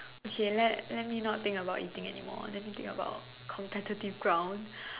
okay let let me not think about eating anymore let me think about competitive ground